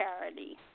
charity